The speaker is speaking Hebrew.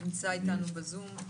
הוא נמצא איתנו בזום.